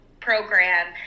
program